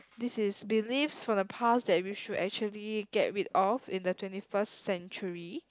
this is beliefs from the past that we should actually get rid off in the twenty first century